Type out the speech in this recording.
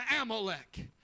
Amalek